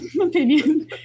opinion